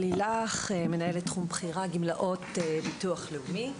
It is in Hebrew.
אני מנהלת תחום בכירה, גמלאות, ביטוח לאומי.